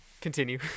continue